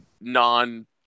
non